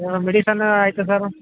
ಹಾಂ ಮೆಡಿಸನ್ನೂ ಐತೆ ಸರು